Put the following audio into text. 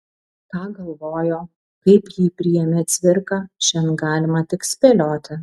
ką galvojo kaip jį priėmė cvirka šiandien galima tik spėlioti